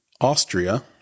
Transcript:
Austria